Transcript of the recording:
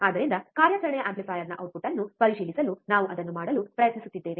ಆದ್ದರಿಂದ ಕಾರ್ಯಾಚರಣೆಯ ಆಂಪ್ಲಿಫೈಯರ್ನ ಔಟ್ಪುಟ್ ಅನ್ನು ಪರಿಶೀಲಿಸಲು ನಾವು ಅದನ್ನು ಮಾಡಲು ಪ್ರಯತ್ನಿಸುತ್ತಿದ್ದೇವೆ